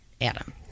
adam